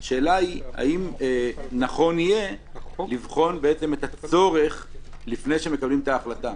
השאלה אם נכון יהיה לבחון את הצורך לפני שמקבלים את ההחלטה?